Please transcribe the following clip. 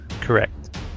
Correct